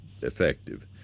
effective